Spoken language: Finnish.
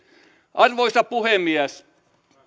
arvoisa puhemies